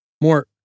more